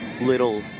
little